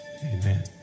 amen